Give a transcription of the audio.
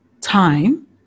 time